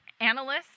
analyst